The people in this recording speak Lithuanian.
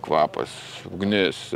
kvapas ugnis